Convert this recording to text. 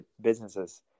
businesses